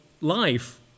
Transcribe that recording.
life